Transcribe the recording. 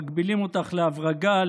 מגבילים אותך להברגה,